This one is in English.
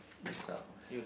this sucks